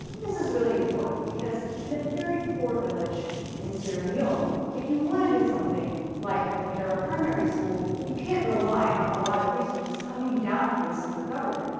this is really important because in a very poor village in sierra leone, if you wanna do something like repair a primary school, you can't rely on a lot of resources coming down from the central government.